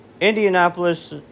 Indianapolis